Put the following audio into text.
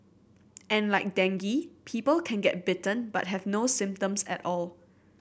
and like dengue people can get bitten but have no symptoms at all